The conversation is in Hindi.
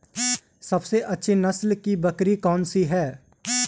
सबसे अच्छी नस्ल की बकरी कौन सी है?